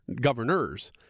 governors